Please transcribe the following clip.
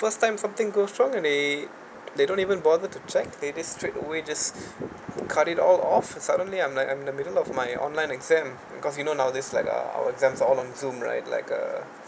first time something goes wrong and they they don't even bother to check they just straight away just cut it all off suddenly I'm like I'm in the middle of my online exam because you know nowadays like uh our exams are all on Zoom right like a